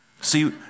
See